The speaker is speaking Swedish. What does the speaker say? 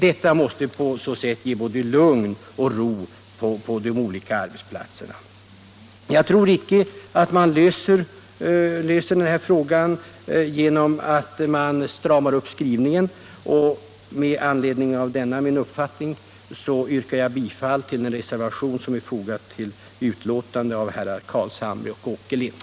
Det skulle ge lugn och ro på arbetsplatserna. Jag tror inte att man löser den här frågan genom att strama åt skrivningen i ett utskottsbetänkande, och med anledning av denna min uppfattning yrkar jag bifall till den reservation som är fogad till socialutskottets utskottsbetänkande av herrar Carlshamre och Åkerlind.